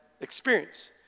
experience